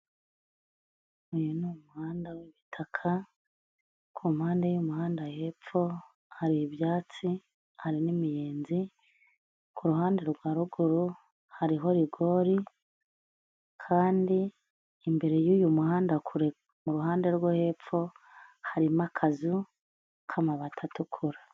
Uyu ni umuhanda w'ibitaka, ku mpande y'umuhanda hepfo hari ibyatsi hari n'imiyenzi, ku ruhande rwa ruguru hariho rigori, kandi imbere y'uyu muhanda kure mu ruhande rwo hepfo harimo akazu k'amabati atukura.